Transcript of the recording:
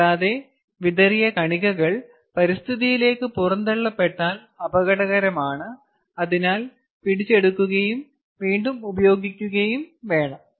കൂടാതെ വിതറിയ കണികകൾ പരിസ്ഥിതിയിലേക്ക് പുറന്തള്ളപ്പെട്ടാൽ അപകടകരമാണ് അതിനാൽ പിടിച്ചെടുക്കുകയും വീണ്ടും ഉപയോഗിക്കുകയും വേണം